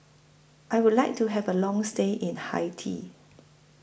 I Would like to Have A Long stay in Haiti